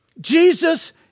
Jesus